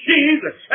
Jesus